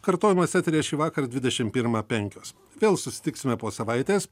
kartojimas eteryje šįvakar dvidešim pirmą penkios vėl susitiksime po savaitės